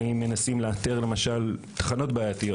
האם מנסים לאתר, למשל, תחנות בעייתיות.